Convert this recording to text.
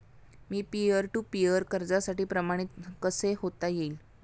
Me peer to peer कर्जासाठी प्रमाणित कसे होता येईल?